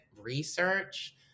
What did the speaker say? research